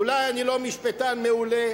אולי אני לא משפטן מעולה,